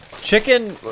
Chicken